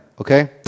okay